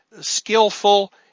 skillful